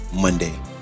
Monday